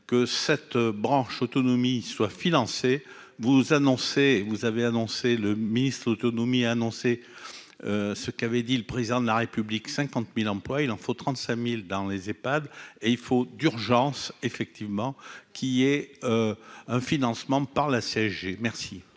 que cette branche autonomie soit financé, vous annoncez, vous avez annoncé le ministre autonomie a annoncé ce qu'avait dit le président de la République 50000 emplois il en faut 35000 dans les EPHAD et il faut d'urgence effectivement qu'il y ait un financement par la CSG, merci.